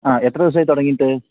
ആ എത്ര ദിവസമായി തുടങ്ങിയിട്ട്